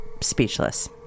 speechless